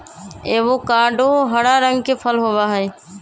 avocado हरा रंग के फल होबा हई